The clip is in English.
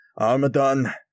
Armadan